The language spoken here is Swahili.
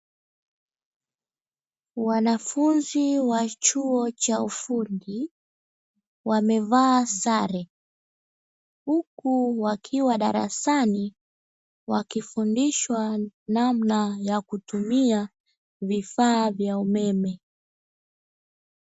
Wanafunzi wa chuo cha ufundi wamevaa sale, Huku wakiwa darasani wakifundishwa namna ya kutumia vifaa vya umeme.